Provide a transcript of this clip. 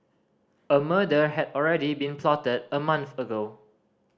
a murder had already been plotted a month ago